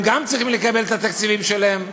גם צריכים לקבל את התקציבים שלהם.